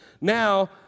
Now